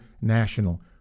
National